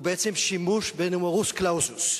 הוא בעצם שימוש בנומרוס קלאוזוס.